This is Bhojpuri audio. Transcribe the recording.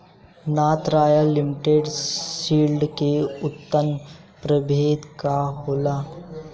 नार्थ रॉयल लिमिटेड सीड्स के उन्नत प्रभेद का होला?